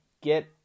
get